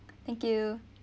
thank you